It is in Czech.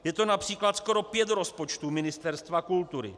Je to například skoro pět rozpočtů Ministerstva kultury.